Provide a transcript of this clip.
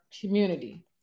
Community